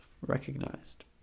recognized